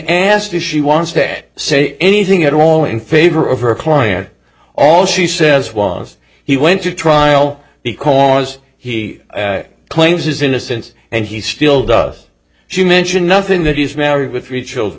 asked if she wants to say anything at all in favor of her client all she says was he went to trial because he claims his innocence and he still does she mention nothing that he's married with three children